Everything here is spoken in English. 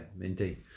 indeed